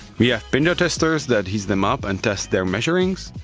we have pinda testers that heats them up and tests their measurings.